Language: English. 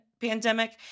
pandemic